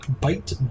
Bite